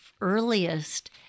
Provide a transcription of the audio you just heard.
earliest